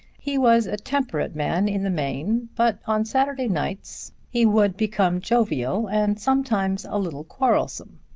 he was a temperate man in the main but on saturday nights he would become jovial, and sometimes a little quarrelsome.